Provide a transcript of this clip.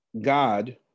God